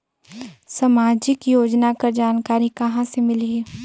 समाजिक योजना कर जानकारी कहाँ से मिलही?